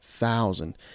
thousand